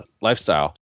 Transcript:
lifestyle